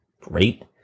great